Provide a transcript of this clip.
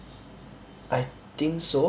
I think so